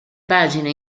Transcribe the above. pagine